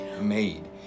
made